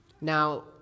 Now